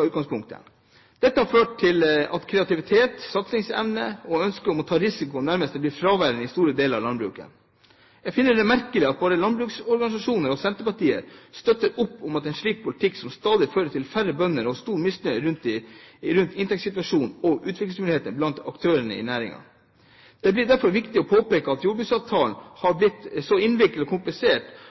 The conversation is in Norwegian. utgangspunktet. Dette har ført til at kreativitet, satsingsevne og ønske om å ta risiko nærmest er blitt fraværende i store deler av landbruket. Jeg finner det merkelig at både landbrukets organisasjoner og Senterpartiet støtter opp om en slik politikk som stadig fører til færre bønder og stor misnøye rundt inntektssituasjonen og utviklingsmuligheter blant aktørene i næringen. Det blir derfor viktig å påpeke at jordbruksavtalen har blitt så innviklet og komplisert